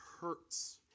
hurts